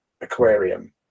aquarium